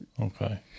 Okay